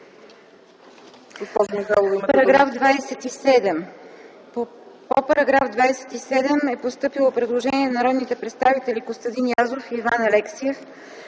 По § 27 е постъпило предложение от народните представители Костадин Язов и Иван Алексиев.